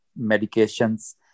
medications